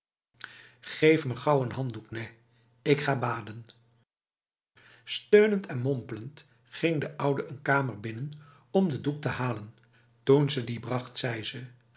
geef me gauw n handdoek nèh ik ga baden steunend en mompelend ging de oude een kamer binnen om de doek te halen toen ze die bracht zei ze